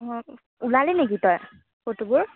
অঁ উলিয়ালি নেকি তই ফটোবোৰ